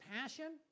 passion